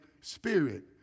spirit